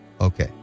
Okay